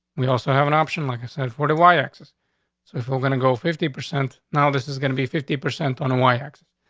we also have an option. like i said, forty y axis. so if we're gonna go fifty percent now, this is gonna be fifty percent on a y axis.